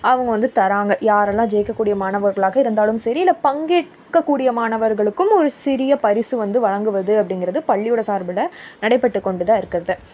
அவங்க வந்து தர்றாங்க யாரெல்லாம் ஜெயிக்கக்கூடிய மாணவர்களாக இருந்தாலும் சரி இல்லை பங்கேற்கக்கூடிய மாணவர்களுக்கும் ஒரு சிறிய பரிசு வந்து வழங்குவது அப்படிங்கிறது பள்ளியோட சார்பில் நடைபெற்றுக் கொண்டு தான் இருக்கிறது